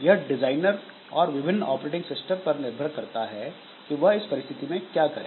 यह डिजाइनर और विभिन्न ऑपरेटिंग सिस्टम पर निर्भर करेगा कि वह इस परिस्थिति में क्या करें